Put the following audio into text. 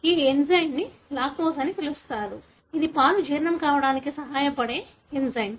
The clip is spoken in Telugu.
ఈ ఎంజైమ్ను లాక్టేజ్ అని పిలుస్తారు ఇది పాలు జీర్ణం కావడానికి సహాయపడే ఎంజైమ్